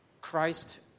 Christ